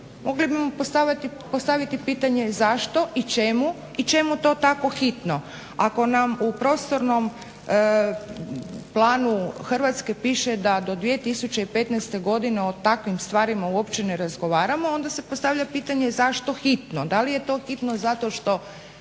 Mogli bi postaviti pitanje zašto i čemu i čemu to tako hitno ako nam u prostornom planu Hrvatske piše da do 2015. godine o takvim stvarima uopće ne razgovaramo onda se postavlja pitanje zašto hitno. Da li je to hitno zato što